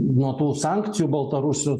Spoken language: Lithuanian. nuo tų sankcijų baltarusių